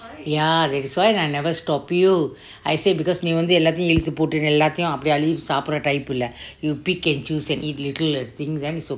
ya that's why I never stop you I said because நீ வந்து எல்லாத்தியும் இழுத்து போட்டு இல்லாட்டியும் அல்லி சாபேரேட் இல்லே:ni vantu ellattiyum iluttu pottu illattiyum alli caperete ille type இல்லே:ille you pick and choose and eat and little things so